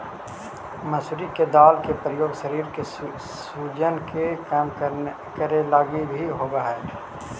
मसूरी के दाल के प्रयोग शरीर के सूजन के कम करे लागी भी होब हई